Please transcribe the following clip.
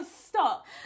stop